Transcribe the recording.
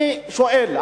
אני שואל,